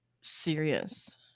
serious